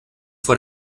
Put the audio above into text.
vor